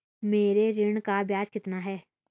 मेरे ऋण का ब्याज कितना है?